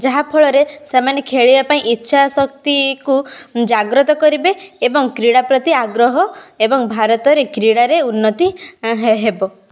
ଯାହାଫଳରେ ସେମାନେ ଖେଳିବା ପାଇଁ ଇଚ୍ଛା ଶକ୍ତିକୁ ଜାଗ୍ରତ କରିବେ ଏବଂ କ୍ରୀଡ଼ା ପ୍ରତି ଆଗ୍ରହ ଏବଂ ଭାରତରେ କ୍ରୀଡ଼ାରେ ଉନ୍ନତି ହେବ